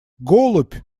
голубь